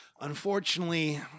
unfortunately